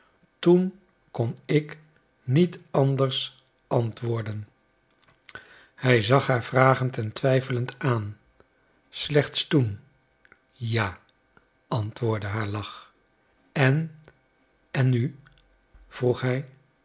toen kon ik niet anders antwoorden hij zag haar vragend en twijfelend aan slechts toen ja antwoordde haar lach en en nu vroeg hij